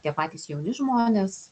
tie patys jauni žmonės